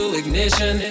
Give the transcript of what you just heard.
ignition